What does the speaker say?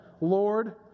Lord